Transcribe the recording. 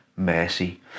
mercy